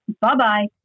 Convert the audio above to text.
bye-bye